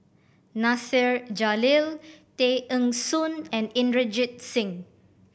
Nasir Jalil Tay Eng Soon and Inderjit Singh